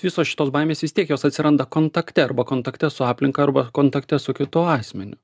visos šitos baimės vis tiek jos atsiranda kontakte arba kontakte su aplinka arba kontakte su kitu asmeniu